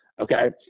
okay